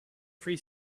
free